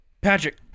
patrick